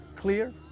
clear